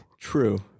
True